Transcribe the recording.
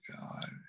God